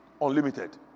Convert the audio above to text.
unlimited